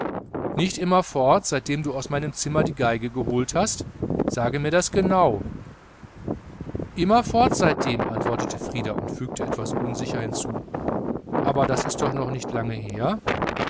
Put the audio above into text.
nicht immerfort seitdem du aus meinem zimmer die geige geholt hast sage mir das genau immerfort seitdem antwortete frieder und fügte etwas unsicher hinzu aber das ist doch noch nicht lang her